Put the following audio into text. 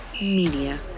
Media